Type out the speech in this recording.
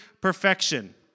perfection